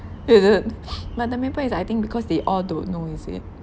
is it but the matter is I think because they all don't know is it